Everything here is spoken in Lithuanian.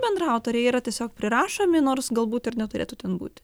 bendraautoriai yra tiesiog prirašomi nors galbūt ir neturėtų ten būt